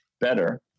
better